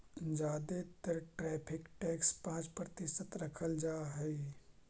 जादे तर tariff tax पाँच प्रतिशत रखल जा हई